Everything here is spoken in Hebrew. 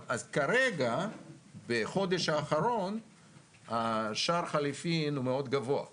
כרגע בחודש האחרון שער החליפין גבוה מאוד.